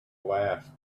last